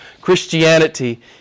Christianity